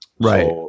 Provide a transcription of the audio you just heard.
Right